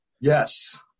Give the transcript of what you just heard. Yes